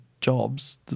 jobs